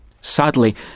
Sadly